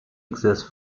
exist